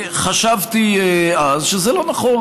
חשבתי אז שזה לא נכון,